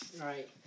Right